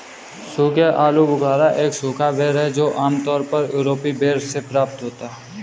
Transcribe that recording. सूखे आलूबुखारा एक सूखा बेर है जो आमतौर पर यूरोपीय बेर से प्राप्त होता है